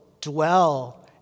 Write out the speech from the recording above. dwell